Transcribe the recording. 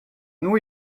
nous